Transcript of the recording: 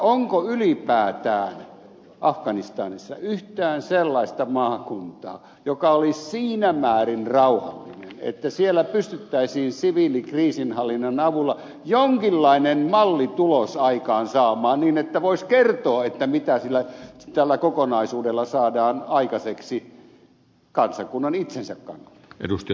onko ylipäätään afganistanissa yhtään sellaista maakuntaa joka olisi siinä määrin rauhallinen että siellä pystyttäisiin siviilikriisinhallinnan avulla jonkinlainen mallitulos aikaansaamaan niin että voisi kertoa mitä tällä kokonaisuudella saadaan aikaiseksi kansakunnan itsensä kannalta